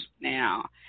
now